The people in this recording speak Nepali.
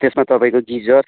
त्यसमा तपाईँको गिजर